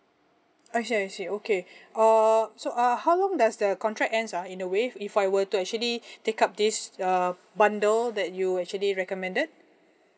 I see I see okay uh so uh how long does the contract ends ah in a way if I were to actually take up this err bundle that you actually recommended